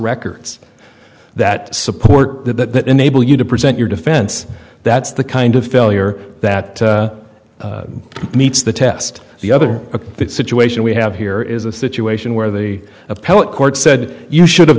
records that support that enable you to present your defense that's the kind of failure that meets the test the other situation we have here is a situation where the appellate court said you should have